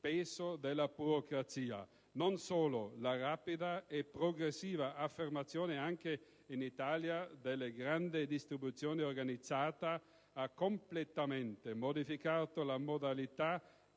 peso della burocrazia. Non solo, la rapida e progressiva affermazione anche in Italia della grande distribuzione organizzata ha completamente modificato la modalità